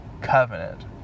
covenant